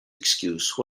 excuse